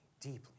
deeply